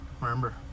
Remember